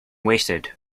waited